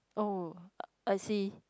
oh I see